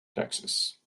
texas